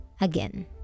again